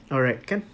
alright can